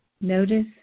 notice